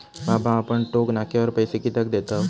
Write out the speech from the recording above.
बाबा आपण टोक नाक्यावर पैसे कित्याक देतव?